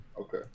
Okay